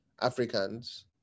Africans